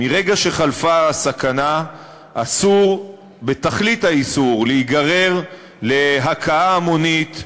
מרגע שחלפה הסכנה אסור בתכלית האיסור להיגרר להכאה המונית,